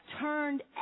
turned